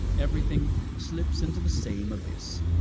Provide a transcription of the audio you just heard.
everything slips into the same abyss.